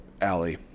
Alley